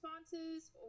responses